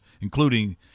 including